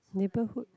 neighborhood